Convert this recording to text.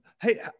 Hey